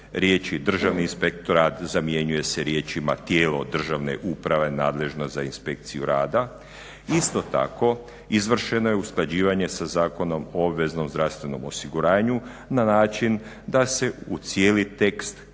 riječi državnih inspektora zamjenjuje se riječima tijelo državne nadležno za inspekciju rada. Isto tako izvršeno je usklađivanje sa zakonom o obveznom zdravstvenom osiguranju na način da se u cijeli tekst konačnog